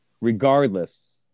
regardless